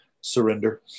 Surrender